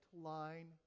line